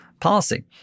policy